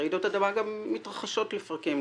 רעידות אדמה גם מתרחשות לפרקים,